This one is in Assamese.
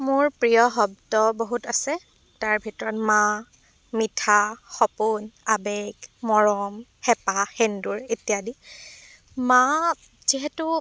মোৰ প্ৰিয় শব্দ বহুত আছে তাৰ ভিতৰত মা মিঠা সপোন আবেগ মৰম হেঁপাহ সেন্দুৰ ইত্যাদি মা যিহেতু